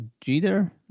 jeter